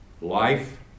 life